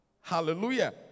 Hallelujah